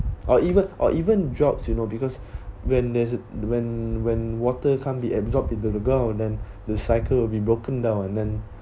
or even or even jobs you know because when there's when when water can't be absorbed into the ground and the cycle will be broken down and then